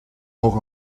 auch